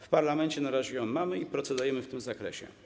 W parlamencie na razie ją mamy i procedujemy w tym zakresie.